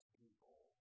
people